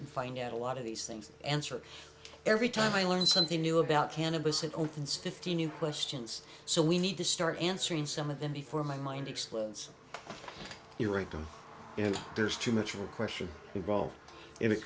and find out a lot of these things answered every time i learn something new about cannabis it opens fifty new questions so we need to start answering some of them before my mind explodes you read them if there's too much of a question revolved it